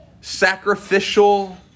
sacrificial